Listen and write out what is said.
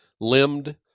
limbed